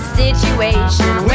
situation